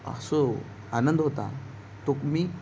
असो आनंद होता तो मी